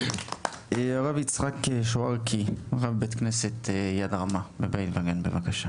הרב יצחק שוראקי, רב בית כנסת "יד רמה", בקשה.